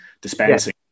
dispensing